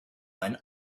went